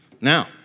Now